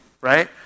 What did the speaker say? right